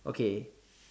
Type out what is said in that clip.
okay